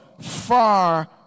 far